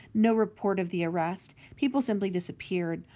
no report of the arrest. people simply disappeared,